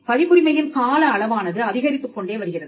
பதிப்புரிமையின் கால அளவானது அதிகரித்து கொண்டே வருகிறது